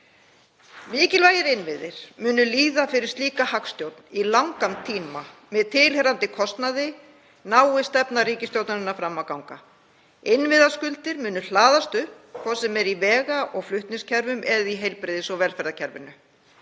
Mikilvægir innviðir munu líða fyrir slíka hagstjórn í langan tíma með tilheyrandi kostnaði, nái stefna ríkisstjórnarinnar fram að ganga. Innviðaskuldir munu hlaðast upp, hvort sem er í vega- og flutningskerfum eða í heilbrigðis- og velferðarkerfinu.